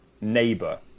neighbor